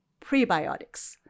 prebiotics